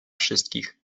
wszystkich